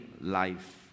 life